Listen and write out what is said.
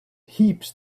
heaps